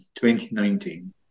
2019